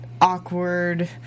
awkward